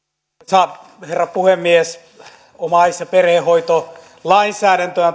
arvoisa herra puhemies omais ja perhehoitolainsäädäntöä